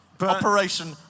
Operation